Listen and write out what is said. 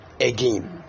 again